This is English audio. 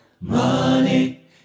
money